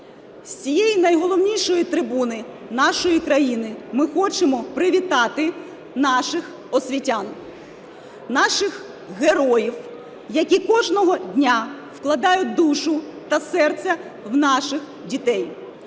З цієї найголовнішої трибуни нашої країни ми хочемо привітати наших освітян, наших героїв, які кожного дня вкладають душу та серце в наших дітей,